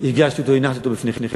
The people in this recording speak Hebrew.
הגשתי אותו, הנחתי אותו בפניכם.